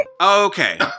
okay